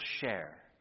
share